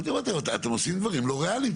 אני אמרתי "אתם עושים דברים לא ריאליים".